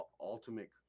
ultimate